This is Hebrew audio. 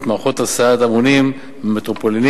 ובמערכות הסעת המונים במטרופולינים,